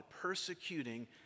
persecuting